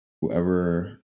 whoever